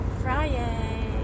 Friday